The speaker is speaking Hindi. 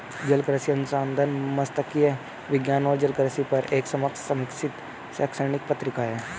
जलकृषि अनुसंधान मात्स्यिकी विज्ञान और जलकृषि पर एक समकक्ष समीक्षित शैक्षणिक पत्रिका है